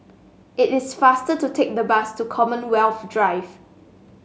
it is faster to take the bus to Commonwealth Drive